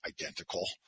identical